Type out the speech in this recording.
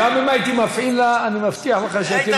גם אם הייתי מפעיל לה, אני מבטיח לך שהייתי